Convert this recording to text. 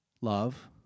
love